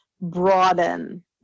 broaden